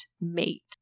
mate